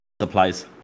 supplies